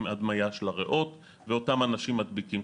הדמיה של הריאות ואותם אנשים מדביקים.